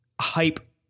hype